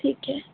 ठीक है